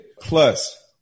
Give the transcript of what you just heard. Plus